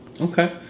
Okay